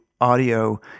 audio